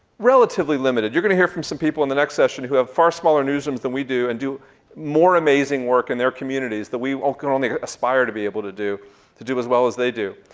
relatively limited. you're gonna hear from some people in the next session who have far smaller newsrooms than we do and do more amazing work in their communities that we could only aspire to be able to do to do as well as they do.